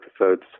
episodes